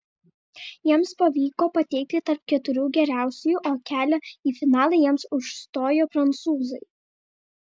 jiems pavyko patekti tarp keturių geriausiųjų o kelią į finalą jiems užstojo prancūzai